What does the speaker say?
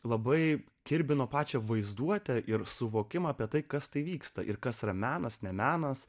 labai kirbino pačią vaizduotę ir suvokimą apie tai kas tai vyksta ir kas yra menas ne menas